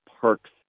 parks